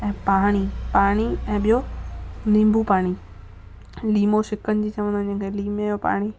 ऐं पाणी पाणी ऐं ॿियो नीबू पाणी लीमो शिकंजी चवंदा आहिनि जे के लीमे जो पाणी